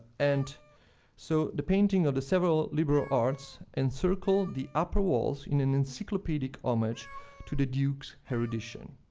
and so the painting of the several liberal arts encircle the upper walls in an encyclopedic homage to the duke's erudition.